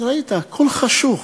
ראית, הכול חשוך.